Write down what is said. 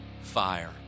fire